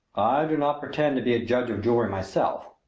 do not pretend to be a judge of jewelry myself.